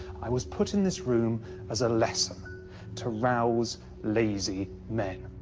i was put in this room as a lesson to rouse lazy men!